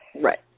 Right